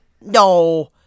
no